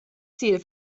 ziel